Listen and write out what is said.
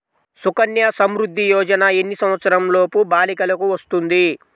సుకన్య సంవృధ్ది యోజన ఎన్ని సంవత్సరంలోపు బాలికలకు వస్తుంది?